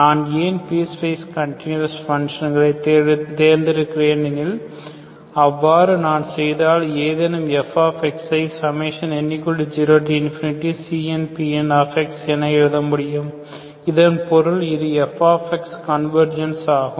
நான் ஏன் piecewise continuous பங்ஷங்களை தேர்ந்தெடுக்கிறேன் எனில் அவ்வாறு நான் செய்தால் ஏதேனும் f ஐ n0CnPn என எழுத முடியும் இதன் பொருள் இது f கன்வர்ஜென்ஸ் ஆகும்